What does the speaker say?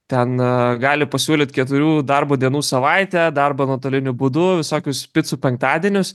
ten gali pasiūlyt keturių darbo dienų savaitę darbą nuotoliniu būdu visokius picų penktadienius